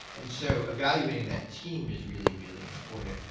and so evaluating that team is really, really important,